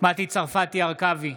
מטי צרפתי הרכבי,